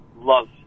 love